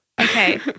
Okay